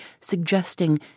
suggesting